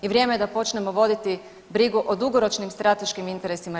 I vrijeme je da počnemo voditi brigu o dugoročnim strateškim interesima RH.